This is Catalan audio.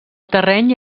terreny